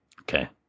Okay